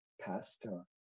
pastor